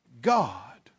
God